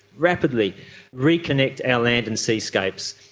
rapidly reconnect our land and seascapes.